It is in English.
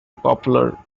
popular